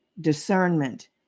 discernment